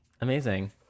Amazing